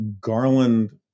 Garland